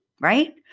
right